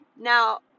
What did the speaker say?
Now